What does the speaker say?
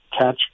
catch